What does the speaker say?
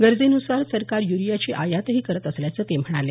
गरजेनुसार सरकार युरियाची आयातही करत असल्याचं ते म्हणाले